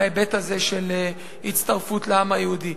בהיבט הזה של הצטרפות לעם היהודי.